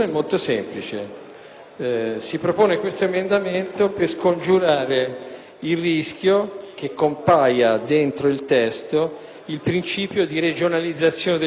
semplice. Questo emendamento si propone di scongiurare il rischio che compaia nel testo il principio di regionalizzazione del concorso pubblico.